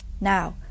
Now